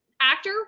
Actor